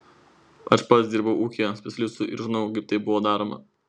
aš pats dirbau ūkyje specialistu ir žinau kaip tai buvo daroma